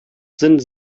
sind